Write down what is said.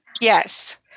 Yes